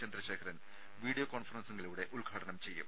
Chandrasekharan video കോൺഫറൻസിംഗിലൂടെ ഉദ്ഘാടനം ചെയ്യും